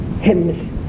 hymns